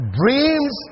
dreams